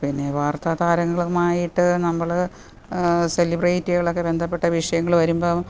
പിന്നെ വാർത്ത താരങ്ങളുമായിട്ട് നമ്മള് സെലിബ്രറ്റികളൊക്കെ ബന്ധപ്പെട്ട വിഷയങ്ങള് വരുമ്പോള്